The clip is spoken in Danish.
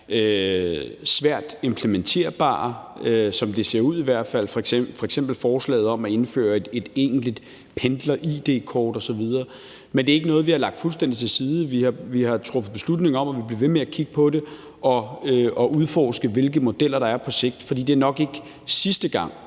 svært implementerbare, som det ser ud i hvert fald, f.eks. forslaget om at indføre et egentligt pendler-id-kort osv., men det er ikke noget, vi har lagt fuldstændig til side. Vi har truffet beslutning om, at vi vil blive ved med at kigge på det og udforske, hvilke modeller der er på sigt, for det er nok ikke sidste gang.